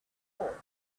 port